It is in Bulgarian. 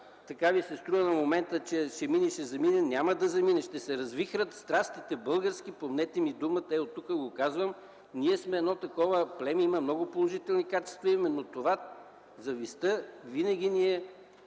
това Ви се струва на момента, че ще мине и ще замине. Няма да замине, ще се развихрят българските страсти, помнете ми думата, ето оттук го казвам. Ние сме едно такова племе, имаме много положителни качества, но завистта винаги ни е